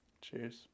cheers